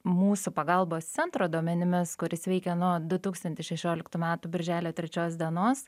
mūsų pagalbos centro duomenimis kuris veikia nuo du tūkstantis šešioliktų metų birželio trečios dienos